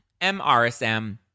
MRSM